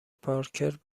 پارکر